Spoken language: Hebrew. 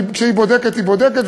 כשהיא בודקת היא בודקת,